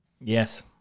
Yes